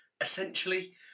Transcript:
Essentially